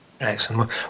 Excellent